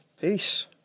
Peace